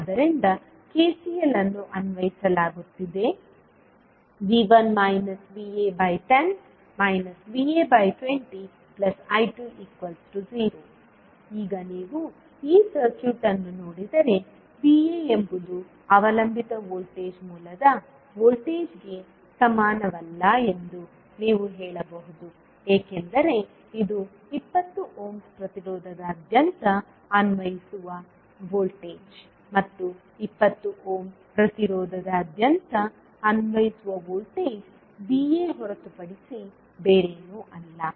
ಆದ್ದರಿಂದ KCL ಅನ್ನು ಅನ್ವಯಿಸಲಾಗುತ್ತಿದೆ V1 Va10 Va20I2 0 ಈಗ ನೀವು ಈ ಸರ್ಕ್ಯೂಟ್ ಅನ್ನು ನೋಡಿದರೆ Va ಎಂಬುದು ಅವಲಂಬಿತ ವೋಲ್ಟೇಜ್ ಮೂಲದ ವೋಲ್ಟೇಜ್ಗೆ ಸಮಾನವಲ್ಲ ಎಂದು ನೀವು ಹೇಳಬಹುದು ಏಕೆಂದರೆ ಇದು 20 ಓಮ್ಸ್ ಪ್ರತಿರೋಧದಾದ್ಯಂತ ಅನ್ವಯಿಸುವ ವೋಲ್ಟೇಜ್ ಮತ್ತು 20 ಓಮ್ ಪ್ರತಿರೋಧದಾದ್ಯಂತ ಅನ್ವಯಿಸುವ ವೋಲ್ಟೇಜ್ Va ಹೊರತುಪಡಿಸಿ ಬೇರೇನೂ ಅಲ್ಲ